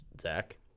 Zach